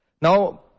Now